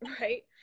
right